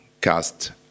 cast